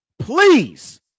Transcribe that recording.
Please